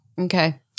Okay